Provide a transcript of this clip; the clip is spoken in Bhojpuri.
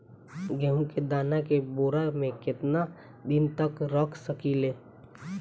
गेहूं के दाना के बोरा में केतना दिन तक रख सकिले?